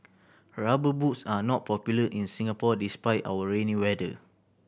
Rubber Boots are not popular in Singapore despite our rainy weather